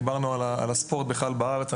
דיברנו על הספורט בכלל בארץ.